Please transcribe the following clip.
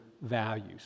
values